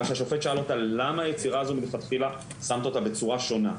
אלא שהשופט שאל אותה: למה היצירה הזאת מלכתחילה שמת אותה בצורה שונה?